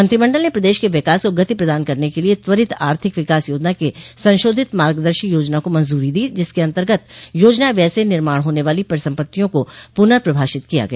मंत्रिमंडल ने प्रदेश के विकास को गति प्रदान करने के लिए त्वरित आर्थिक विकास योजना के संशोधित मार्गदर्शी योजना को मंजूरी दी जिसके अन्तर्गत योजना व्यय से निर्माण होने वाली परिसम्पत्तियों को पुर्न प्रभाषित किया गया